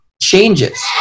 changes